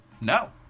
no